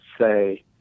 say